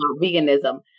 veganism